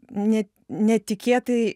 ne netikėtai